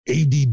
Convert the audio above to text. ADD